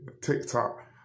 TikTok